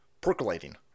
percolating